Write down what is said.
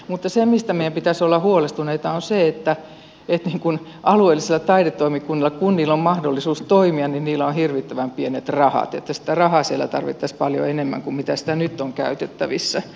mutta se mistä meidän pitäisi olla huolestuneita on se että alueellisilla taidetoimikunnilla kun niillä on mahdollisuus toimia on hirvittävän pienet rahat niin että sitä rahaa siellä tarvittaisiin paljon enemmän kuin mitä sitä nyt on käytettävissä